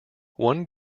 one